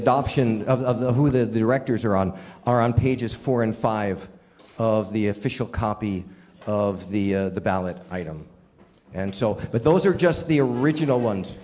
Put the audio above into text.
adoption of the who the directors are on are on pages four and five of the official copy of the ballot item and so but those are just the original ones